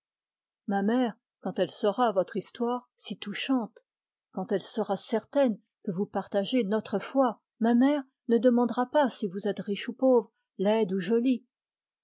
elle m'effraie quand elle saura votre histoire si touchante et quand elle sera certaine que vous partagez notre foi ma mère ne demandera pas si vous êtes riche ou pauvre laide ou jolie